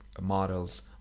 models